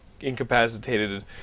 incapacitated